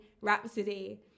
Rhapsody